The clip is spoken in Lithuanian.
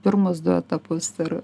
pirmus du etapus ir